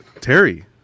Terry